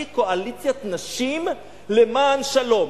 היא קואליציית נשים למען שלום,